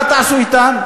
מה תעשו אתם?